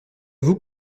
vous